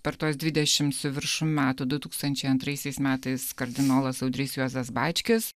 per tuos dvidešimt su viršum metų du tūkstančiai antraisiais metais kardinolas audrys juozas bačkis